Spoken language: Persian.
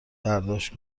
برداشت